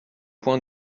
point